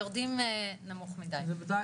פרופ'